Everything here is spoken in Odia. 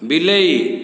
ବିଲେଇ